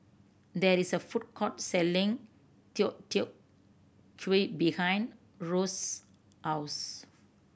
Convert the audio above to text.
there is a food court selling Deodeok Gui behind Rose's house